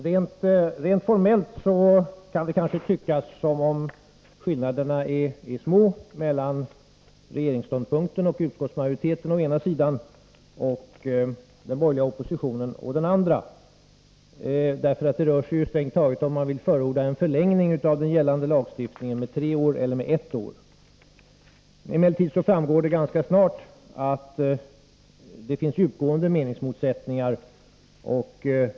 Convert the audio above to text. Herr talman! Rent formellt kan det kanske tyckas som om skillnaderna är små mellan regeringens och utskottsmajoritetens ståndpunkt å ena sidan och den borgerliga oppositionens å den andra. Det rör sig strängt taget om huruvida man vill förorda en förlängning av den gällande lagstiftningen med tre år eller med ett år. Emellertid framgår det ganska snart att det finns djupgående meningsmotsättningar.